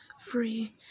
free